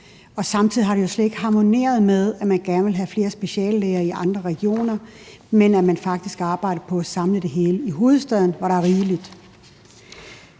Samtidig har det jo slet ikke harmoneret med, at man gerne ville have flere speciallæger i andre regioner, men at man faktisk arbejder på at samle det hele i hovedstaden, hvor der er rigeligt.